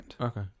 Okay